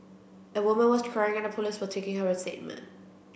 a woman was crying and the police were taking her statement